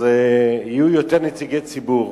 יהיו יותר נציגי ציבור.